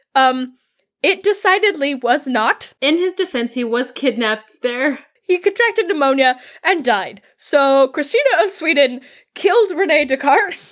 um it decidedly was not. v in his defense, he was kidnapped there. he contracted pneumonia and died. so kristina of sweden killed rene descartes.